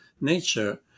nature